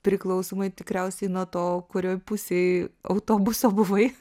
priklausomai tikriausiai nuo to kurioj pusėj autobuso buvai